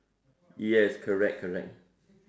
yes correct correct